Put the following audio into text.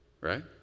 right